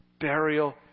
burial